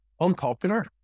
Unpopular